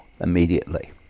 immediately